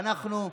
ואנחנו,